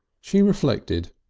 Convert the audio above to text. she reflected,